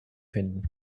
finden